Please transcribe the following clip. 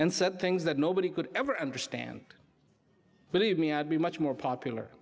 and said things that nobody could ever understand believe me i'd be much more popular